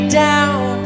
down